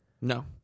No